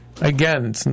again